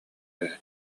эбээт